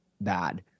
bad